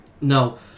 No